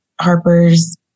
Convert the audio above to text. Harper's